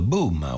Boom